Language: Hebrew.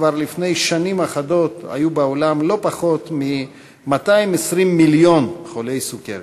כבר לפני שנים אחדות היו בעולם לא פחות מ-220 מיליון חולי סוכרת.